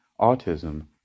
autism